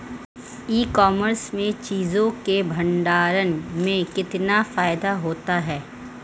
ई commerce में चीज़ों के भंडारण में कितना फायदा होता है?